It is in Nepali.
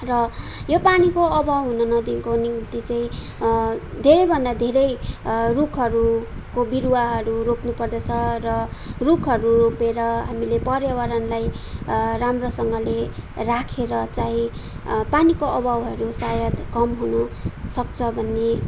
र यो पानीको अभाव हुन नदिनुको निम्ति चाहिँ धेरैभन्दा धेरै रुखहरूको बिरुवाहरू रोप्नु पर्दछ र रुखहरू रोपेर हामीले पर्यावरणलाई राम्रोसँगले राखेर चाहिँ पानीको अभावहरू सायद कम हुन सक्छ भन्ने